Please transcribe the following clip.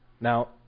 Now